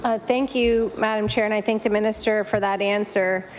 ah thank you, madam chair, and i thank the minister for that answer.